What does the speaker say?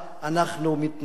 אנחנו מתנצלים.